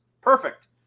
Perfect